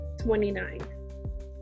29